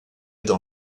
dans